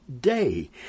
day